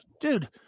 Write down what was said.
Dude